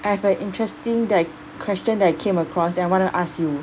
I have a interesting that question that came across then I wanna ask you